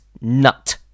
Nut